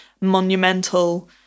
monumental